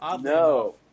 No